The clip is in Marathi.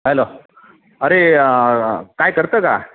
हॅलो अरे काय करतं का